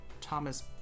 Thomas